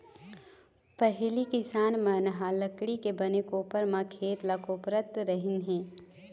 पहिली किसान मन ह लकड़ी के बने कोपर म खेत ल कोपरत रहिस हे